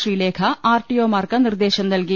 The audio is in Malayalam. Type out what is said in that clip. ശ്രീലേഖ ആർ ടി ഒ മാർക്ക് നിർദ്ദേശം നൽകി